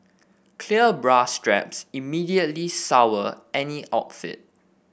clear bra straps immediately sour any outfit